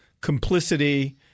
complicity